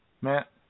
Matt